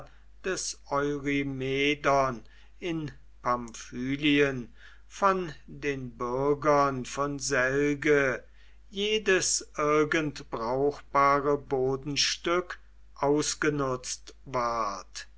des eurymedon in pamphylien von den bürgern von selge jedes irgend brauchbare bodenstück ausgenutzt ward